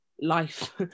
life